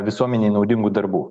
visuomenei naudingų darbų